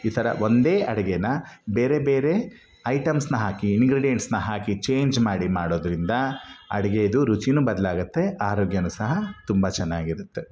ಈ ಥರ ಒಂದೇ ಅಡುಗೇನ ಬೇರೆ ಬೇರೆ ಐಟಮ್ಸ್ನ ಹಾಕಿ ಇನ್ಗ್ರೀಡಿಯಂಟ್ಸ್ನ ಹಾಕಿ ಚೇಂಜ್ ಮಾಡಿ ಮಾಡೋದರಿಂದ ಅಡುಗೆದು ರುಚಿನು ಬದಲಾಗತ್ತೆ ಆರೋಗ್ಯನು ಸಹ ತುಂಬ ಚೆನಾಗಿರತ್ತೆ